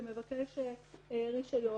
שמבקש רישיון,